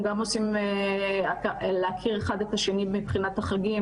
הן גם עושות להכיר אחת את השנייה מבחינת החגים,